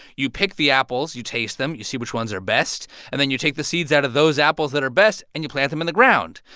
you pick the apples. you taste them. you see which ones are best. and then you take the seeds out of those apples that are best, and you plant them in the ground.